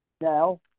now